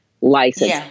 license